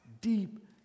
Deep